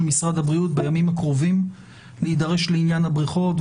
משרד הבריאות בימים הקרובים להידרש לעניין הבריכות,